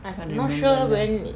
I'm not sure when it